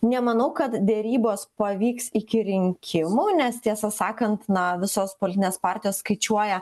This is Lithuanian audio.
nemanau kad derybos pavyks iki rinkimų nes tiesą sakant na visos politinės partijos skaičiuoja